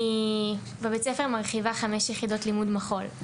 בבית הספר אני מרחיבה חמש יחידות לימוד מחול.